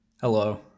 Hello